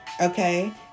Okay